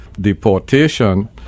deportation